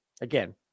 Again